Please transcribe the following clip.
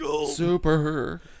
Super